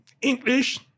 English